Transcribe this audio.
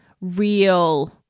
real